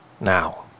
now